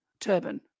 turban